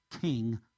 king